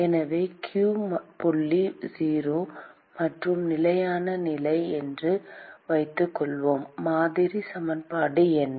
எனவே q புள்ளி 0 மற்றும் நிலையான நிலை என்று வைத்துக்கொள்வோம் மாதிரி சமன்பாடு என்ன